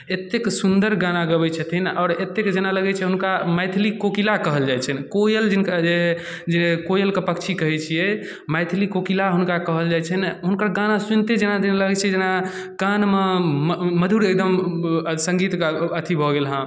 एतेक सुन्दर गाना गबैत छथिन आओर एतेक जेना लगैत छै हुनका मैथिली कोकिला कहल जाइत छनि कोयल जिनका जे जे कोयल कऽ पक्षी कहैत छियै मैथिली कोकिला हुनका कहल जाए छनि हुनकर गाना सुनिते जेना जेना लगैत छै जेना कानमे मधुर मधुर एकदम सङ्गीत कऽ अथी भऽ गेल हँ